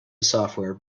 software